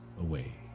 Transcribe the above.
away